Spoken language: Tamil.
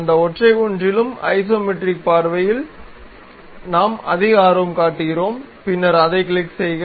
அந்த ஒற்றை ஒன்றிலும் ஐசோமெட்ரிக் பார்வையில் நாம் அதிக ஆர்வம் காட்டுகிறோம் பின்னர் அதைக் கிளிக் செய்க